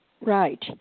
Right